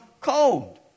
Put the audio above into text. cold